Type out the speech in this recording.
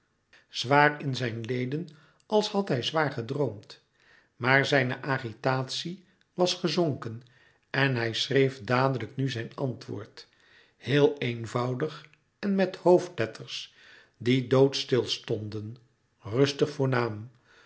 zwaar in zijn leden als had hij zwaar gedroomd maar zijne agitatie was gezonken en hij schreef dadelijk nu zijn antwoord heel eenvoudig en met hoofdletters die doodstil stonden rustig voornaam